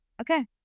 Okay